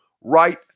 right